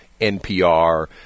NPR